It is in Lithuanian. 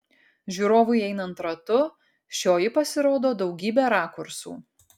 žiūrovui einant ratu šioji pasirodo daugybe rakursų